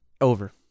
Over